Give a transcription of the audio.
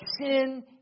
sin